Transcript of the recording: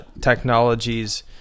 technologies